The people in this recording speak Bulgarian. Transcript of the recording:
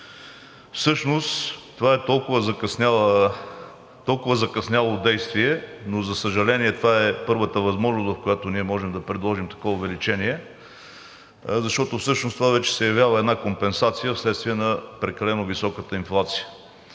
Всъщност това е толкова закъсняло действие, но за съжаление, това е първата възможност, в която ние можем да предложим такова увеличение, защото всъщност това вече се явява една компенсация вследствие на прекалено високата инфлация.